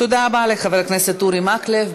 תודה רבה לחבר הכנסת אורי מקלב.